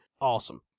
Awesome